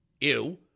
ew